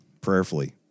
prayerfully